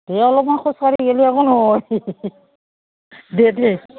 এই অলপমান খোজকাঢ়ি গেলি একো নহয় দে দ